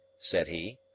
said he.